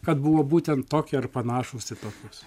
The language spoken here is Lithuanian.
kad buvo būtent tokie ar panašūs į tokius